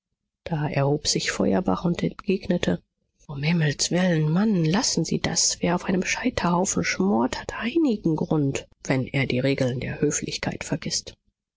da erhob sich feuerbach und entgegnete ums himmels willen mann lassen sie das wer auf einem scheiterhaufen schmort hat einigen grund wenn er die regeln der höflichkeit vergißt